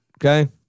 okay